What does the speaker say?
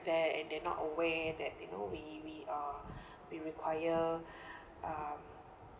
that and they're not aware that you know we we uh we require uh